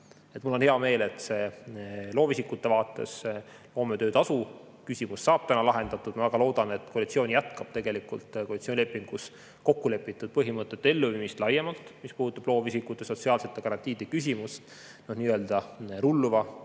Mul on hea meel, et loovisikute vaates saab loometöötasu küsimus täna lahendatud. Ma väga loodan, et koalitsioon jätkab koalitsioonilepingus kokku lepitud põhimõtete elluviimist laiemalt, mis puudutab loovisikute sotsiaalsete garantiide küsimust, nii-öelda rulluva